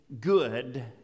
good